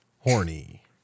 Horny